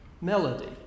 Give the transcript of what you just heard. melody